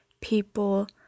people